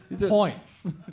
points